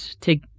take